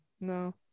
No